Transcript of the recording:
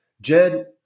Jed